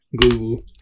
Google